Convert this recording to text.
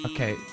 Okay